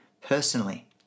personally